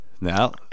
Now